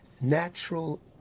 natural